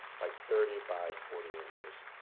like thirty by forty inches.